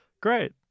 great